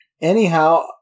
anyhow